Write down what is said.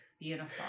Beautiful